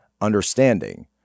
understanding